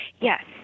Yes